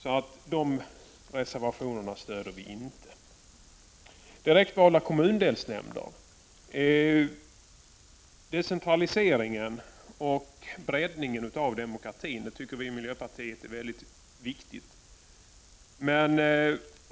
Vi stöder inte reservationerna med det innehållet. Reservation 5 behandlar direktvalda kommundelsnämnder. I miljöpartiet tycker vi att decentraliseringen och breddningen av demokratin är mycket viktig.